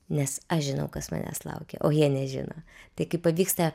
nes aš žinau kas manęs laukia o jie nežino tai kai pavyksta